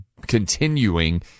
continuing